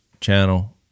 Channel